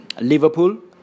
Liverpool